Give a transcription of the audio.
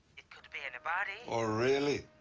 it could be anybody. oh, really?